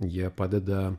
jie padeda